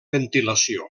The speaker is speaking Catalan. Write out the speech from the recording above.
ventilació